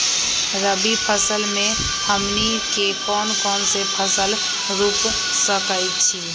रबी फसल में हमनी के कौन कौन से फसल रूप सकैछि?